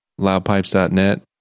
loudpipes.net